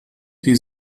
die